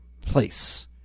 place